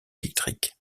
électriques